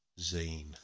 zine